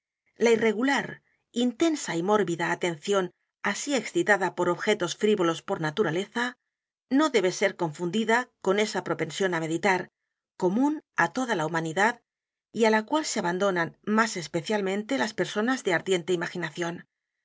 la irregular intensa y mórbida atención así excitada por objetos frivolos por naturaleza no debe ser confundida con esa propensión á meditar común á toda la humanidad y á la cual se abandonan más especialmente las personas de ardiente imaginación